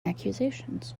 accusations